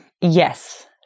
Yes